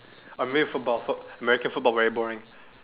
I mean football foot~ Amercian football very boring